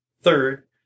Third